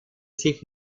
sich